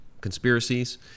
conspiracies